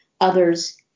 others